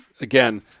again